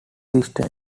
sister